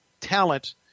talent